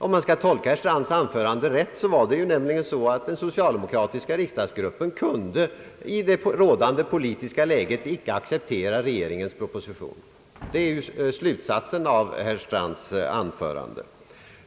Om jag tolkar herr Strands anförande rätt kunde nämligen den socialdemokratiska riksdagsgruppen i rådande politiska läge icke acceptera regeringens proposition. Det är slutsatsen av herr Strands anförande.